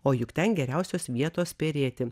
o juk ten geriausios vietos perėti